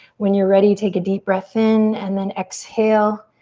when you're ready take a deep breath in and then exhale.